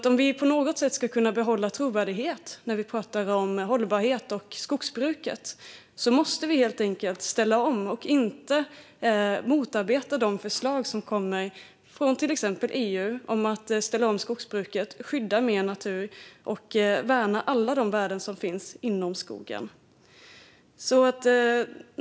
Om vi på något sätt ska behålla trovärdigheten när vi pratar om hållbarhet och skogsbruket måste vi helt enkelt ställa om och inte motarbeta de förslag som kommer från till exempel EU om att ställa om skogsbruket, skydda mer natur och värna alla de värden som finns inom skogen.